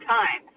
time